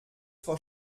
vor